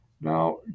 now